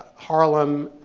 harlem,